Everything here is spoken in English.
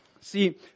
See